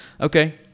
Okay